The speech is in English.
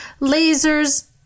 lasers